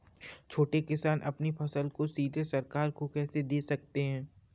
छोटे किसान अपनी फसल को सीधे सरकार को कैसे दे सकते हैं?